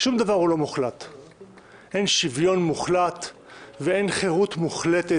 שום דבר הוא לא מוחלט אין שוויון מוחלט ואין חירות מוחלטת,